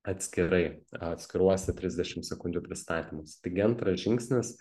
atskirai atskiruose trisdešim sekundžių pristatymuose taigi antras žingsnis